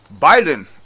Biden